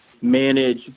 manage